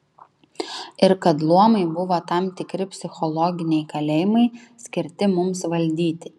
ir kad luomai buvo tam tikri psichologiniai kalėjimai skirti mums valdyti